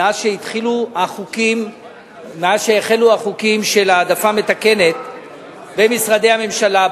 מאז שהחלו החוקים של העדפה מתקנת במשרדי הממשלה,